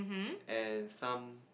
and some